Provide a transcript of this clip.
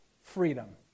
freedom